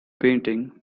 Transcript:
painting